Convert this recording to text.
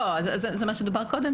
לא, זה מה שדובר קודם.